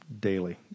daily